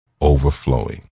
overflowing